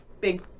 big